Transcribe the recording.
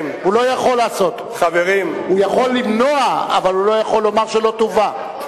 הוא יכול למנוע, אבל הוא לא יכול לומר שלא תובא.